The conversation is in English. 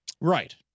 Right